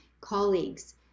colleagues